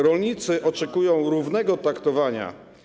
Rolnicy oczekują równego traktowania.